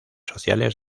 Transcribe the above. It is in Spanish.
sociales